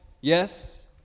yes